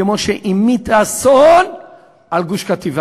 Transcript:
כמו שהמיטה אסון על גוש-קטיף.